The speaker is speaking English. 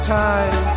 time